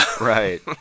Right